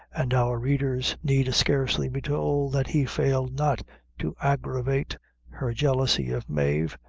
and our readers need scarcely be told that he failed not to aggravate her jealousy of mave,